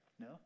No